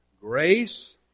Grace